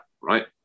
right